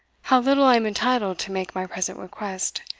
how little i am entitled to make my present request,